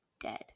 dead